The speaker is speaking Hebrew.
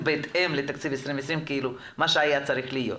נכון שבזמן האחרון מנהלי בתי החולים בכל מקרה על חשבון הקורונה,